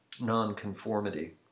nonconformity